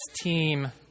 team